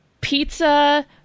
pizza